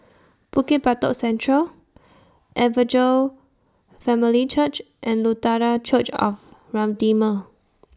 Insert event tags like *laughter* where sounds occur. *noise* Bukit Batok Central Evangel Family Church and Lutheran Church of Redeemer